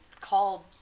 called